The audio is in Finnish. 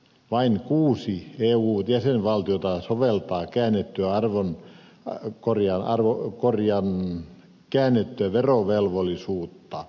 vain kuusi eun jäsenvaltiota soveltaa käännettyä verovelvollisuutta